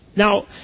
Now